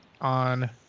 on